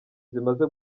zimaze